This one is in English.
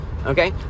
Okay